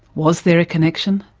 was there a connection?